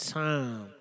time